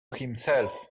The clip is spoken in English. himself